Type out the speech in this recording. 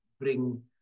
bring